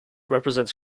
represents